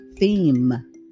theme